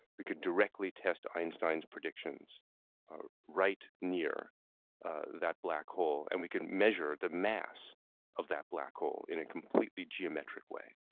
we could directly test einstein's predictions right near that black hole, and we could measure the mass of that black hole in a completely geometric way.